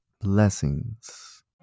blessings